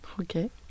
Okay